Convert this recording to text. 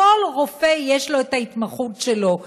כלשכל רופא יש את ההתמחות שלו,